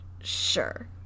sure